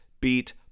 beat